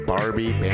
Barbie